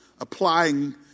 applying